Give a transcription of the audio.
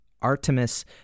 Artemis